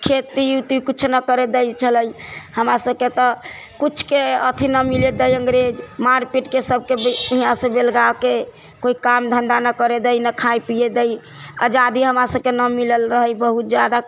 खेती उती किछु नहि करै दै छलै हमरा सबके तऽ किछुके अथी नहि मिलैत है अंग्रेज मार पीटके सबके बे यहाँ से बेलगाके कोइ काम धन्धा नहि करै दे ने खाय पीय दै आजादी हमरा सबके ना मिलल रहै बहुत जादा